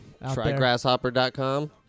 Trygrasshopper.com